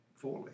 fully